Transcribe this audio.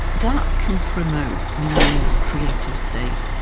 that can promote a more creative state.